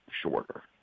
shorter